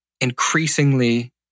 increasingly